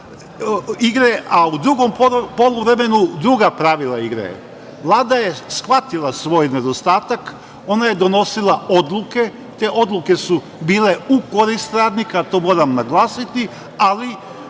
a u drugom poluvremenu druga pravila igre. Vlada je shvatila svoj nedostatak, ona je donosila odluke, te odluke su bile u korist radnika, i to moram naglasiti, ali